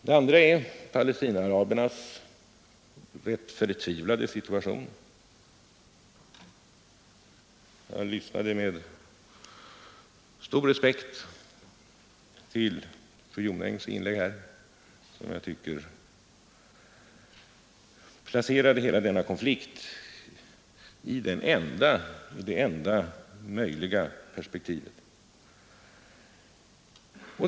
Det andra är Palestinaarabernas förtvivlade situation. Jag lyssnade med stor respekt till fru Jonängs inlägg, som jag tycker placerade hela denna konflikt i det enda möjliga perspektivet.